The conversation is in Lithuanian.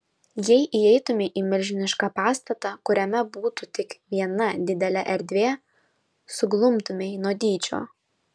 jei įeitumei į milžinišką pastatą kuriame būtų tik viena didelė erdvė suglumtumei nuo dydžio